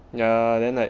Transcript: ya then like